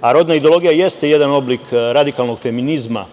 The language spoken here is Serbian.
a rodna ideologija jeste jedan oblik radikalnog feminizma